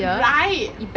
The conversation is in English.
right